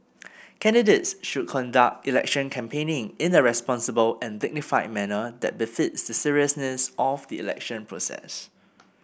candidates should conduct election campaigning in a responsible and dignified manner that befits the seriousness of the election process